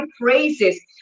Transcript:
praises